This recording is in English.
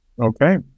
Okay